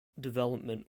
development